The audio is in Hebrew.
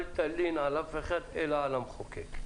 אל תלין על אף אחד אלא על המחוקק.